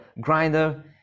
grinder